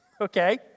Okay